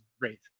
great